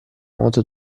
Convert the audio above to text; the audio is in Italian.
modo